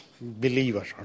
believer